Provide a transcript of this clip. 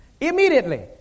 immediately